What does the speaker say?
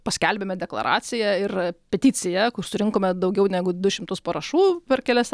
paskelbėme deklaraciją ir peticiją surinkome daugiau negu du šimtus parašų per kelias